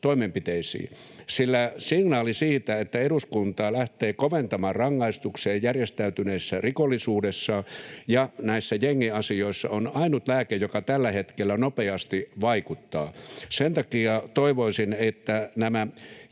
toimenpiteisiin, sillä signaali siitä, että eduskunta lähtee koventamaan rangaistuksia järjestäytyneessä rikollisuudessa ja näissä jengiasioissa, on ainut lääke, joka tällä hetkellä nopeasti vaikuttaa. Sen takia toivoisin, että nämä